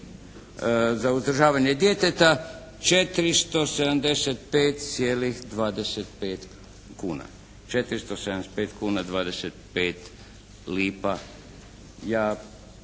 za uzdržavanje djeteta 475,25 kuna. 475 kuna 25 lipa. Ja